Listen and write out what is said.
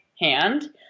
hand